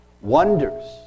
wonders